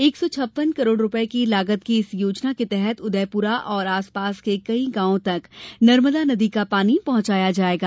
एक सौ छप्पन करोड़ रूपये की लागत की इस योजना के तहत उदयपुरा और आसपास के कई गॉवों तक नर्मदा नदी का पानी पहॅचाया जायेगा